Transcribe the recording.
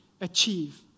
achieve